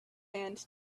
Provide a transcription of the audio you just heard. and